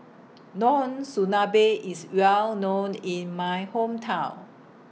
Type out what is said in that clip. Monsunabe IS Well known in My Hometown